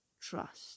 trust